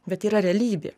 bet yra realybė